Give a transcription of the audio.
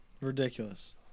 Ridiculous